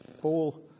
Paul